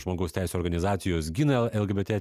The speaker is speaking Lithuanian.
žmogaus teisių organizacijos gina lgbt